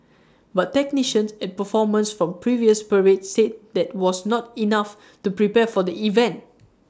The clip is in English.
but technicians and performers from previous parades said that was not enough to prepare for the event